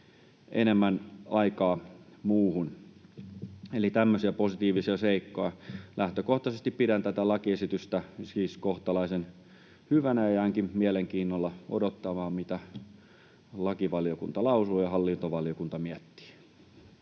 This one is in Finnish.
enemmän aikaa muuhun. Eli tämmöisiä positiivisia seikkoja. Lähtökohtaisesti pidän tätä lakiesitystä siis kohtalaisen hyvänä, ja jäänkin mielenkiinnolla odottamaan, mitä lakivaliokunta lausuu ja hallintovaliokunta miettii.